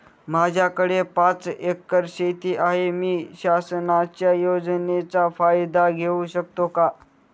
माझ्याकडे पाच एकर शेती आहे, मी शासनाच्या योजनेचा फायदा घेऊ शकते का?